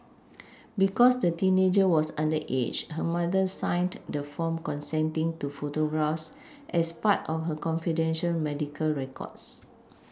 because the teenager was underage her mother signed the form consenting to photographs as part of her confidential medical records